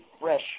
fresh